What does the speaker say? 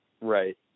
Right